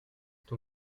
ton